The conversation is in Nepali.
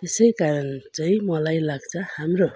त्यसै कारण चाहिँ मलाई लाग्छ हाम्रो